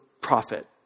profit